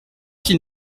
qu’il